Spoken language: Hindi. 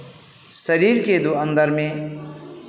शरीर के दो अंदर में